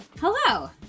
hello